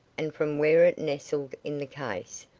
and from where it nestled in the case,